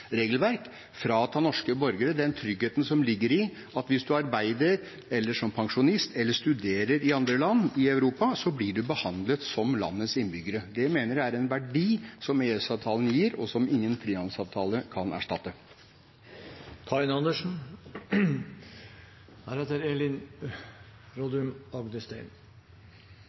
regelverk, og frata norske borgere den tryggheten som ligger i at hvis man arbeider, er pensjonist eller studerer i andre land i Europa, blir man behandlet som det landets innbyggere. Det mener jeg er en verdi som EØS-avtalen gir, og som ingen frihandelsavtale kan erstatte.